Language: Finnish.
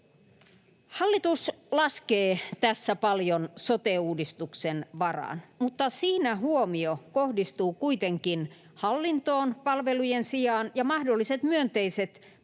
Hallitus laskee tässä paljon sote-uudistuksen varaan, mutta siinä huomio kohdistuu kuitenkin hallintoon palvelujen sijaan, ja mahdolliset myönteiset